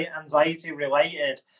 anxiety-related